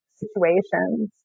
situations